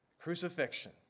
crucifixion